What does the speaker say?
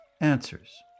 answers